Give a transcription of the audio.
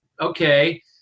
okay